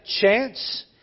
chance